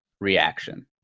reaction